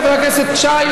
חבר הכנסת שי,